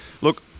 Look